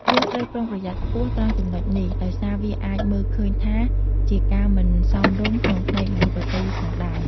យើងត្រូវប្រុងប្រយ័ត្នខ្ពស់ត្រង់ចំណុចនេះ ដោយសារវាអាចមើលឃើញថាជាការមិនសមរម្យក្នុងភ្នែកមនុស្សដទៃផងដែរ។